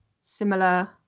similar